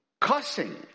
cussing